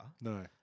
No